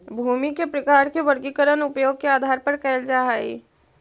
भूमि के प्रकार के वर्गीकरण उपयोग के आधार पर कैल जा हइ